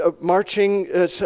marching